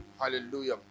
hallelujah